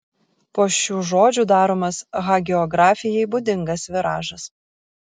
po šių žodžių daromas hagiografijai būdingas viražas